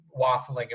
waffling